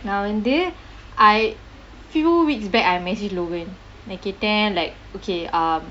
நான் வந்து:naan vanthu I few weeks back I message logan நான் கேட்டேன்:naan kettaen like okay ah